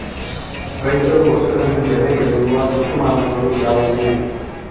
ರೈತರು ವರ್ಷದಲ್ಲಿ ಬೆಳೆ ಬೆಳೆಯುವ ಋತುಮಾನಗಳು ಯಾವುವು?